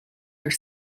are